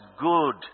good